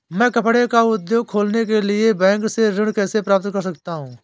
मैं कपड़े का उद्योग खोलने के लिए बैंक से ऋण कैसे प्राप्त कर सकता हूँ?